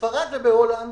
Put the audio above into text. בספרד ובהולנד